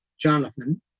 Jonathan